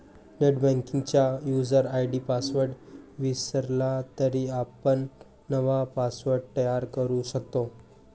नेटबँकिंगचा user ID password विसरला तरी आपण नवा पासवर्ड तयार करू शकतो